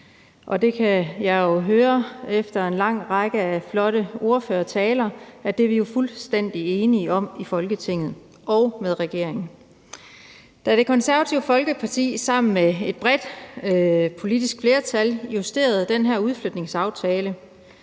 det kan jeg jo efter en lang række af flotte ordførertaler også høre at vi er fuldstændig enige om i Folketinget, og også med regeringen. Da vi i Det Konservative Folkeparti sammen med et bredt politisk flertal justerede den her udflytningsaftale,